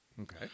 Okay